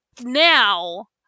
now